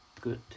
good